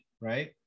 right